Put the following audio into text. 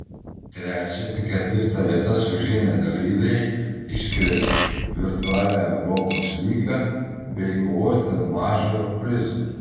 trečią ir ketvirtą vietas užėmę dalyviai iškris į virtualią europos lygą bei kovos dėl mažojo prizo